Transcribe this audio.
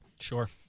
Sure